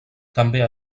també